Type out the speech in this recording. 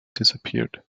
disappeared